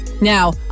Now